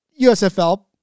USFL